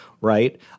Right